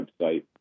website